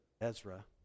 Ezra